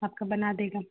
आपका बना देगा